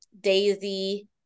Daisy